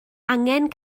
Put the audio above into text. angen